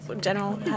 General